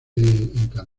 encanta